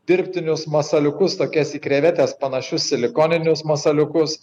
dirbtinius masaliukus tokias į krevetes panašius silikoninius masaliukus